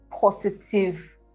positive